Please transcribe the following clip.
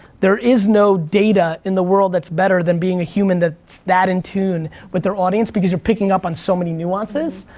there is no data in the world that's better than being a human that's that in tune with their audience because you're picking up on so many nuances.